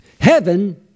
heaven